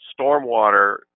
stormwater